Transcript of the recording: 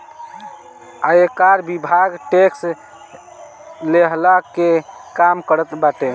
आयकर विभाग टेक्स लेहला के काम करत बाटे